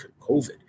COVID